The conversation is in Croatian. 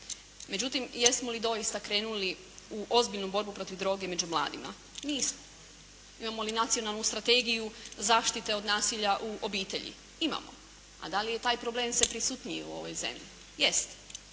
Međutim jesmo li doista krenuli u ozbiljnu borbu protiv droge među mladima? Nismo. Imamo li Nacionalnu strategiju zaštite od nasilja u obitelji? Imamo. A da li je taj problem sve prisutniji u ovoj zemlji? Jest.